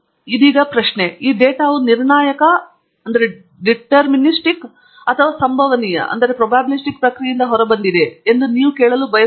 ಇದೀಗ ಪ್ರಶ್ನೆ ಈ ಡೇಟಾವು ನಿರ್ಣಾಯಕ ಅಥವಾ ಸಂಭವನೀಯ ಪ್ರಕ್ರಿಯೆಯಿಂದ ಹೊರಬರುತ್ತದೆಯೆ ಎಂದು ನಾನು ಕೇಳಬಯಸುವಿರಾ